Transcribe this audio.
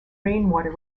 rainwater